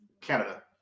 Canada